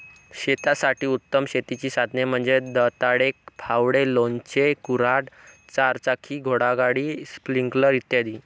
शेतासाठी उत्तम शेतीची साधने म्हणजे दंताळे, फावडे, लोणचे, कुऱ्हाड, चारचाकी घोडागाडी, स्प्रिंकलर इ